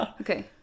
Okay